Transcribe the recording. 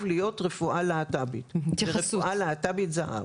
להיות תחום של רפואה להט"בית ורפואה להט"בית זהב.